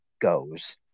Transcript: goes